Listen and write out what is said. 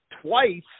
twice